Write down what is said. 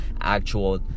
actual